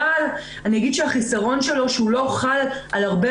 אבל החיסרון שלו הוא שהוא לא חלק על הרבה